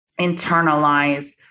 internalize